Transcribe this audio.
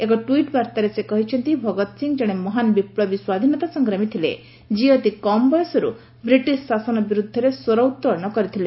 ଏକ ଟ୍ପିଟ୍ ବାର୍ତ୍ତାରେ ସେ କହିଛନ୍ତି ଭଗତ ସିଂ ଜଣେ ମହାନ୍ ବିପ୍ଲବୀ ସ୍ୱାଧୀନତା ସଂଗ୍ରାମୀ ଥିଲେ ଯିଏ ଅତି କମ୍ ବୟସରୁ ବ୍ରିଟିଶ ଶାସନ ବିରୁଦ୍ଧରେ ସ୍ୱର ଉତ୍ତୋଳନ କରିଥିଲେ